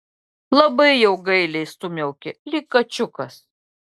labai jau gailiai sumiaukė lyg kačiukas